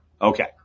Okay